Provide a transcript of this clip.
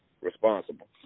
responsible